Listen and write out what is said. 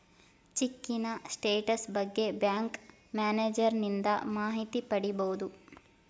ಚಿಕ್ಕಿನ status ಬಗ್ಗೆ bank ಮ್ಯಾನೇಜರನಿಂದ ಮಾಹಿತಿ ಪಡಿಬೋದು